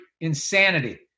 insanity